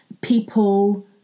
people